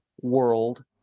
world